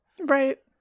right